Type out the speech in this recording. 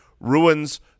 ruins